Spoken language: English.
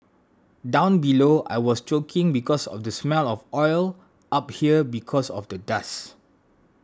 down below I was choking because of the smell of oil up here because of the dust